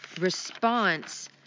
response